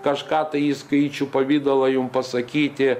kažką tai į skaičių pavidalą jum pasakyti